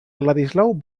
ladislau